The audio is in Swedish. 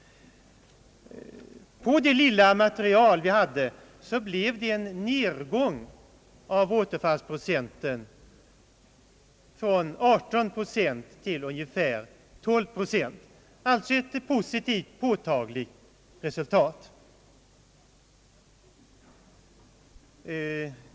På det lilla material som vi hade blev det en nedgång av återfallsprocenten från 18 procent till ungefär 12 procent — alltså ett positivt, påtagligt resultat.